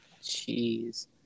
Jeez